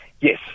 Yes